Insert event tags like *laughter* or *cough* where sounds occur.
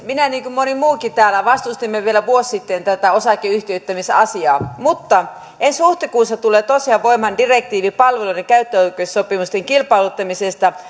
minä niin kuin moni muukin täällä vastustimme vielä vuosi sitten tätä osakeyhtiöittämisasiaa mutta ensi huhtikuussa tulee tosiaan voimaan direktiivi palveluiden käyttöoikeussopimusten kilpailuttamisesta *unintelligible*